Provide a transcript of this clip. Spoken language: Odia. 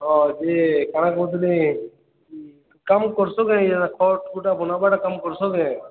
ହଁ ୟେ କାଣା କହୁଥିଲି କାମ କରସୁଁ କାଏ କାଣା ଗୋଟେ ବନେଇବାର କାମ କରସୁଁ କାଏ